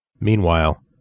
Meanwhile